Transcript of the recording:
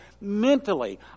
Mentally